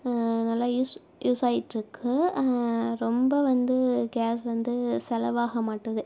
நல்லா யூஸ் யூஸாகிட்ருக்கு ரொம்ப வந்து கேஸ் வந்து செலவாக மாட்டுது